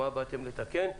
מה באתם לתקן,